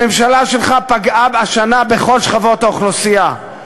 הממשלה שלך פגעה השנה בכל שכבות האוכלוסייה.